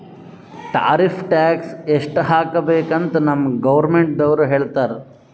tariff tax ಎಸ್ಟ್ ಹಾಕಬೇಕ್ ಅಂತ್ ನಮ್ಗ್ ಗೌರ್ಮೆಂಟದವ್ರು ಹೇಳ್ತರ್